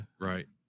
right